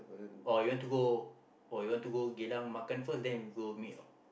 or you want to go or you want to go Geylang makan first then we go meet or